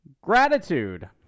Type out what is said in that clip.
gratitude